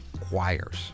choirs